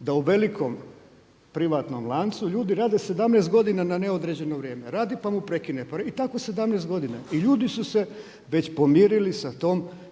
da u velikom privatnom lancu ljudi rade 17 godina na neodređeno vrijeme. Radi pa mu prekine i tako 17 godina i ljudi su se već pomirili sa tom činjenicom